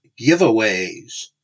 giveaways